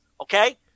Okay